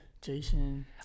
Jason